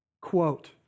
Quote